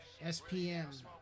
SPM